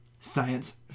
Science